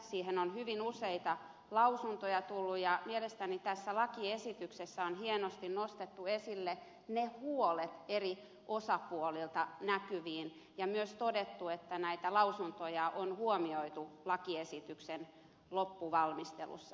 siihen on hyvin useita lausuntoja tullut ja mielestäni tässä lakiesityksessä on hienosti nostettu esille ne huolet eri osapuolilta ja myös todettu että näitä lausuntoja on huomioitu lakiesityksen loppuvalmistelussa